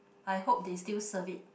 I hope they still serve it